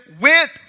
went